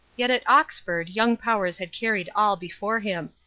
yet at oxford young powers had carried all before him.